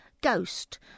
Ghost